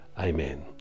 Amen